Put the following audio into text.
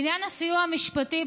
בעניין הסיוע המשפטי,